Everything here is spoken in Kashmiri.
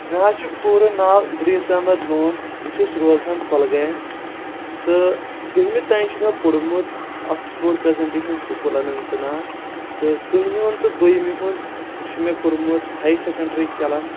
مےٚ حظ چھُ پوٗرٕ ناو اِدریٖس احمد لون بہٕ چھُس روزان گۄلگامۍ تہٕ دٔہمہِ تام چھُ مےٚ پوٚرمُت Oxford presentation school Anant Nag تہٕ کٔہمہِ ہُنٛد تہٕ بٔہمہِ ہُنٛد چھُ مےٚ کوٚرمُت ہاے سکینڈری کیلم